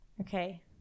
Okay